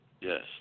Yes